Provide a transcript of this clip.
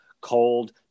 cold